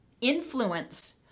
influence